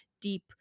deep